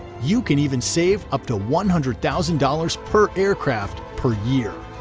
you can even save up to one hundred thousand dollars per aircraft per year.